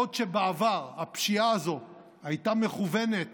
בעוד שבעבר הפשיעה הזו הייתה מכוונת